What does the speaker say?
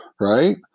right